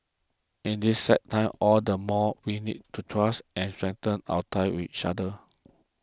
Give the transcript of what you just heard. in these sad times all the more we need to trust and strengthen our ties with each other